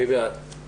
מי נגד?